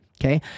okay